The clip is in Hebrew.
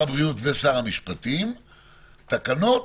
תקנות